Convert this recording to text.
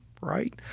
right